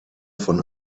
von